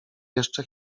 jeszcze